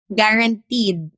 guaranteed